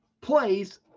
plays